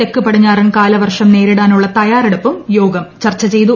തെക്ക് പടിഞ്ഞാറൻ കാലവർഷം നേരിടാനുള്ള തയ്യാറെടുപ്പും യോഗം ചർച്ച ചെയ്തു